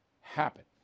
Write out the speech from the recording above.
happen